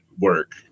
work